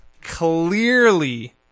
clearly